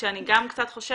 אני גם קצת חושבת,